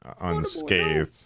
Unscathed